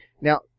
Now